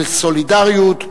של סולידריות,